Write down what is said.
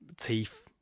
teeth